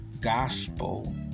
gospel